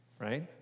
Right